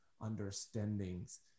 Understandings